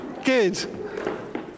good